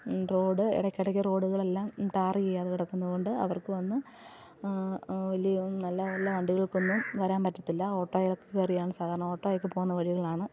road ഇടയക്കിടയ്ക്ക് റോഡുകളെല്ലാം tar ചെയ്യാതെ കിടക്കുന്നതുകൊണ്ട് അവർക്ക് വന്ന് വലിയ നല്ല നല്ല വണ്ടികൾക്കൊന്നും വരാൻ പറ്റത്തില്ല ഓട്ടോയിലൊക്കെ കയറിയാണ് സാധാരണ ഓട്ടോയൊക്കെ പോകുന്ന വഴികളാണ്